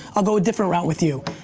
i'll go a different route with you.